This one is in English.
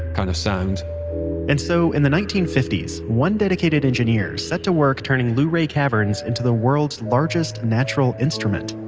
kind of sound and so in the nineteen fifty s one dedicated engineer set to work turning luray caverns into the world's largest natural instrument.